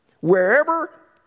Wherever